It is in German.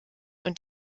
und